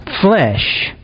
flesh